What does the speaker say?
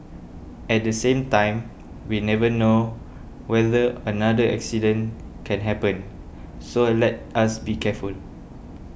at the same time we never know whether another accident can happen so let us be careful